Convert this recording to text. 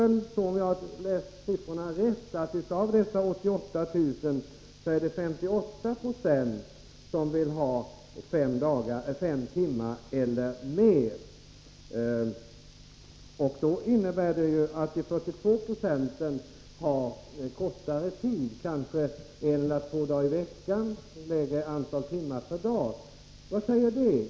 Om jag har läst siffrorna rätt är det 58 20 av dessa 88 000 barn som vill ha barnomsorg på fem timmar eller mer. Det innebär att 42 96 vill ha kortare tid, kanske en eller två dagar i veckan eller mindre antal timmar per dag. Vad säger det?